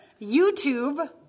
YouTube